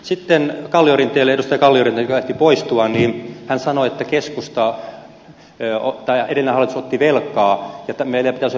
sitten edustaja kalliorinteelle joka ehti poistua kun hän sanoi että edellinen hallitus otti velkaa ja meillä pitäisi olla nyt vaihtoehto